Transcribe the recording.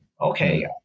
Okay